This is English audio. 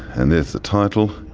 and there's the title.